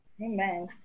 amen